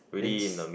Ritz